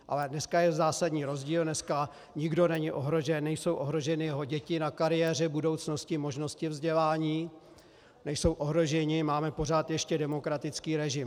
Ale dneska je zásadní rozdíl, dneska nikdo není ohrožen, nejsou ohroženy jeho děti na kariéře, budoucnosti, možnosti vzdělání, nejsou ohroženi, máme pořád ještě demokratický režim.